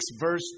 verse